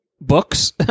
books